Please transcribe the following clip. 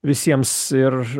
visiems ir